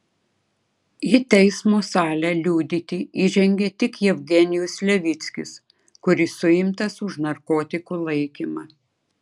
į teismo salę liudyti įžengė tik jevgenijus levickis kuris suimtas už narkotikų laikymą